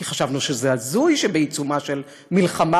כי חשבנו שזה הזוי שבעיצומה של מלחמה,